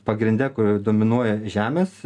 pagrinde kur dominuoja žemės